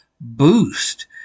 Boost